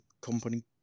company